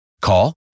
Call